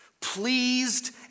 Pleased